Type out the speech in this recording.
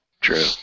true